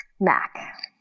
mac